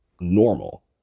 normal